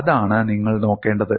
അതാണ് നിങ്ങൾ നോക്കേണ്ടത്